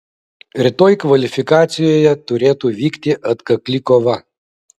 rytoj kvalifikacijoje turėtų vykti atkakli kova